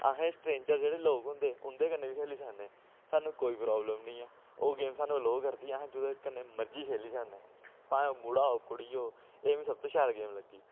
असें स्ट्रेंजर जेह्ड़े लोक होंदे उं'दे कन्नै बी खेली सकने सानूं कोई प्राब्लम निं ऐ ओह् गेम सानूं अलो करदी अस जेह्दे कन्नै मर्जी खेली सकने भाएं ओह् मुड़ा हो कुड़ी हो एह् मिगी सब तू शैल गेम लग्गी